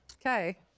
Okay